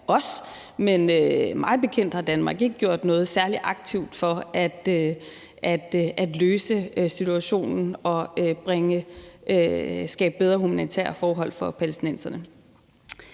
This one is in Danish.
og mig bekendt har Danmark ikke gjort noget særlig aktivt for at løse situationen og skabe bedre humanitære forhold for palæstinenserne.